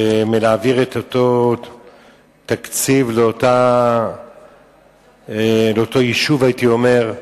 מלהעביר את אותו תקציב לאותו יישוב, הייתי אומר,